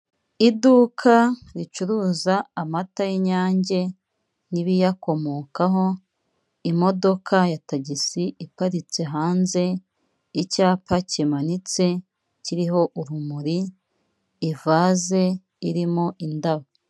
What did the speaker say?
Iduka ricuruza amata y'inyange n'ibiyakomokaho, imodoka ya tagisi iparitse hanze, icyapa kimanitse kiriho urumuri, ivase irimo indabo.